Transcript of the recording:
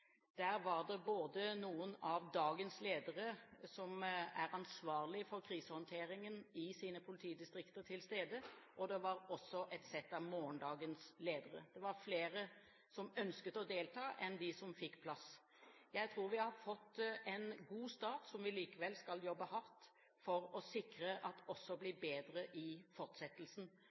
Der var noen av dagens ledere som er ansvarlige for krisehåndteringen i sine politidistrikter, til stede. Det var også et sett av morgendagens ledere. Det var flere som ønsket å delta enn de som fikk plass. Jeg tror vi har fått en god start som vi likevel skal jobbe hardt for å sikre at også blir bedre i fortsettelsen.